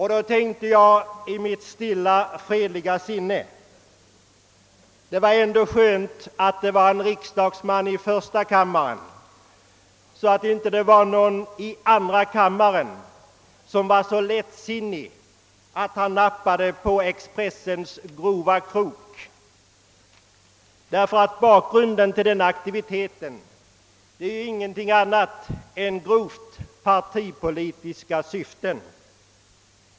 Jag tänkte då i mitt stilla, fredliga sinne, att det var skönt att det var en riksdagsman i första kammaren och att ingen i andra kammren var så lättsinnig att han nappade på Expressens grova krok. Bakgrunden till denna aktivitet var ju ingen annan än grovt partipolitiska syften.